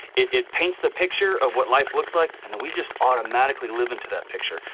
it paints the picture of what life looks like and then we just automatically live into that picture.